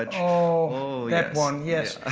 ah oh, that one, yes,